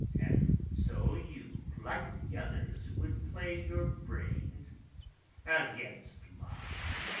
and so you, like the others, would play your brains against mine.